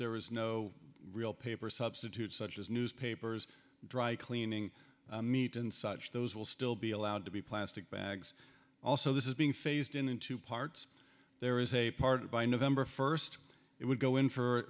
there is no real paper substitute such as newspapers dry cleaning meat and such those will still be allowed to be plastic bags also this is being phased in in two parts there is a part by november first it would go in for